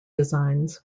designs